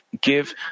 give